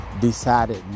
Decided